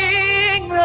King